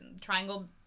triangle